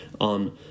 on